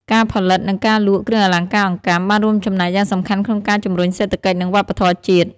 ការផលិត និងការលក់ គ្រឿងអលង្ការអង្កាំ បានរួមចំណែកយ៉ាងសំខាន់ក្នុងការជំរុញសេដ្ឋកិច្ច និងវប្បធម៌ជាតិ។